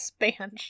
spanch